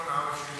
בצפון הארץ,